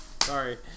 Sorry